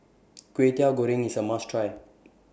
Kway Teow Goreng IS A must Try